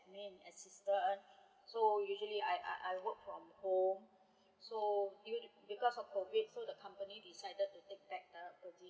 admin assistant so usually I I I work from home so even if because of COVID so the company decided to take back the position